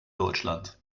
deutschlands